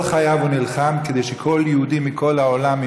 כל חייו הוא נלחם כדי שכל יהודי מכל העולם,